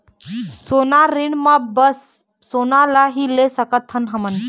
सोना ऋण मा बस सोना ला ही ले सकत हन हम?